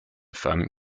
femme